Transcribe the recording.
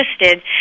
listed